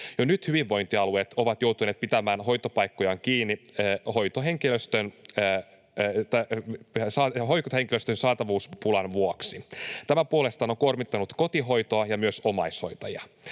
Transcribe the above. Jo nyt hyvinvointialueet ovat joutuneet pitämään hoitopaikkojaan kiinni hoitohenkilöstön saatavuuspulan vuoksi. Tämä puolestaan on kuormittanut kotihoitoa ja myös omaishoitajia.